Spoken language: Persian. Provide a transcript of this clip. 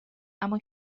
اما